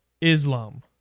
Islam